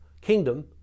kingdom